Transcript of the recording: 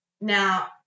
Now